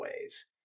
ways